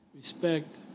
respect